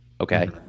okay